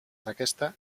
aquesta